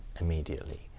immediately